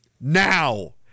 now